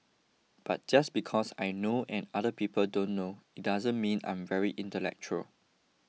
but just because I know and other people don't know it doesn't mean I'm very intellectual